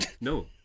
No